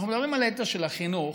כשאנחנו מדברים על האתוס של החינוך,